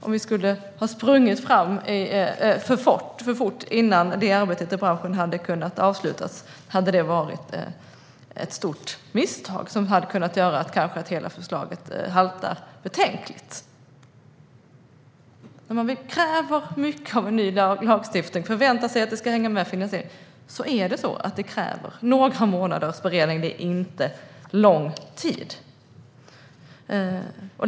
Att springa fram för fort, innan branschens arbete hade kunnat avslutas, skulle ha varit ett stort misstag som kanske hade fått hela förslaget att halta betänkligt. Om vi kräver mycket av en ny lagstiftning och förväntar oss att finansiering ska hänga med krävs några månaders beredning. Det är inte lång tid.